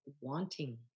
wanting